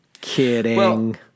Kidding